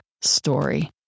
story